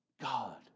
God